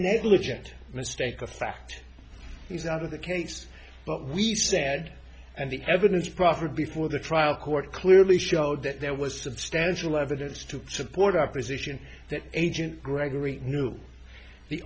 negligent mistake a fact is out of the case but we said and the evidence proffered before the trial court clearly showed that there was substantial evidence to support our position that agent gregory knew the